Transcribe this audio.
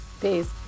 Peace